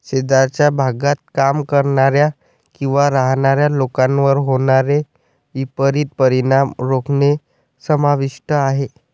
शेजारच्या भागात काम करणाऱ्या किंवा राहणाऱ्या लोकांवर होणारे विपरीत परिणाम रोखणे समाविष्ट आहे